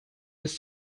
this